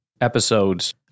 episodes